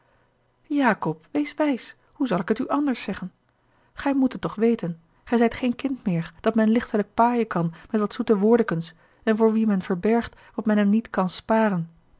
jacob wees wijs hoe zal ik het u anders zeggen gij moet het toch weten gij zijt geen kind meer dat men lichtelijk paaien kan met wat zoete woordekens en voor wien men verbergt wat men hem niet kan sparen